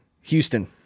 Houston